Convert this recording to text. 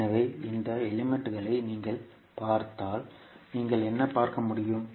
எனவே இந்த எலிமெண்ட்களை நீங்கள் பார்த்தால் நீங்கள் என்ன பார்க்க முடியும்